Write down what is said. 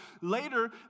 Later